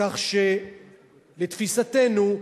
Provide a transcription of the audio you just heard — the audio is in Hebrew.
כך שלתפיסתנו,